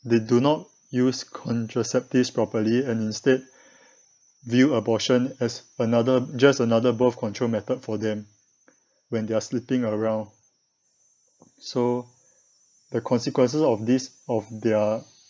they do not use contraceptives properly and instead view abortion as another just another birth control method for them when they are sleeping around so the consequences of this of their